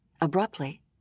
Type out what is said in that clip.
Abruptly